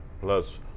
plus